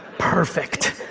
perfect.